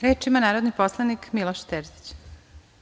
Reč ima narodni poslanik Miloš Terzić.